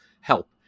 help